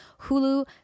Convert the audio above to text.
hulu